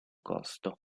costo